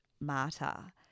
Marta